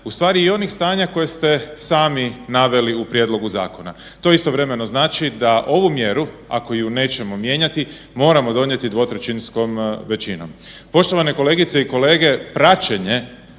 ustvari i onih stanja koje ste sami naveli u prijedlogu zakona. To istovremeno znači da ovu mjeru ako ju nećemo mijenjati moramo donijeti dvotrećinskom većinom. Poštovane kolegice i kolege, praćenje